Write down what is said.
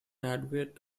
advocate